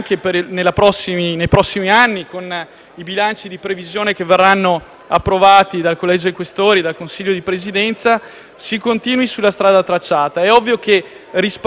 i bilanci di previsione approvati dal Collegio dei Questori e dal Consiglio di Presidenza, si continui sulla strada tracciata. È ovvio che risparmiare